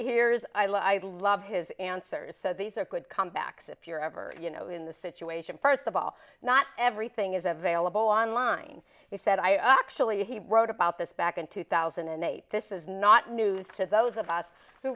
here's i love i love his answers so these are good comebacks if you're ever you know in the situation first of all not everything is available online he said i actually he wrote about this back in two thousand and eight this is not news to those of us who